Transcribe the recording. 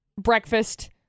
breakfast